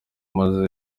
maze